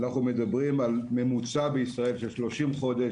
אנחנו מדברים על ממוצע של 30 חודשים בישראל.